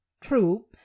True